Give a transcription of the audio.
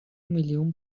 میلیون